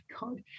God